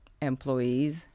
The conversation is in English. employees